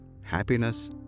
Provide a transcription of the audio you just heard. happiness